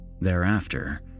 Thereafter